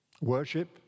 worship